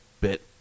bit